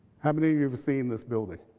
how many you ever seen this building?